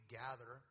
gather